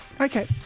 okay